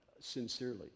sincerely